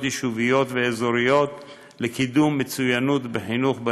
יישוביות ואזוריות לקידום מצוינות בחינוך בנגב.